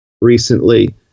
recently